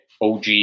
OG